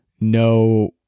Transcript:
no